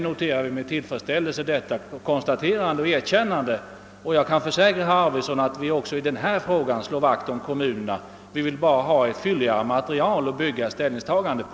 Jag kan försäkra herr Arvidson att vi också i denna fråga slår vakt om kommunerna; vi vill bara ha ett fylligare material att bygga vårt ställningstagande på.